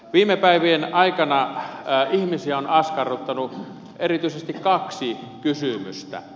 viime päivien aikana ihmisiä on askarruttanut erityisesti kaksi kysymystä